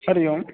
हरिः ओम्